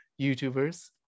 YouTubers